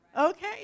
Okay